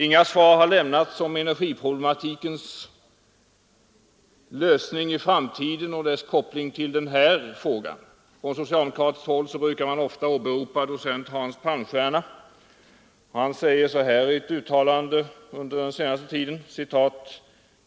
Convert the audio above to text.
Inga svar har lämnats om energiproblematikens lösning i framtiden och dess koppling till den här frågan. Från socialdemokratiskt håll brukar man ofta åberopa docent Hans Palmstierna. Han säger så här i ett uttalande som han gjort under den senaste tiden: